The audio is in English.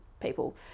people